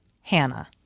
Hannah